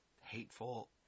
Hateful